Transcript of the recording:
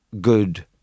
good